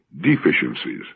deficiencies